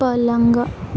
पलंग